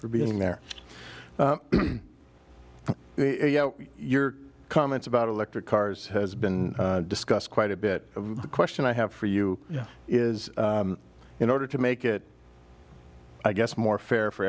for being there your comments about electric cars has been discussed quite a bit of the question i have for you is in order to make it i guess more fair for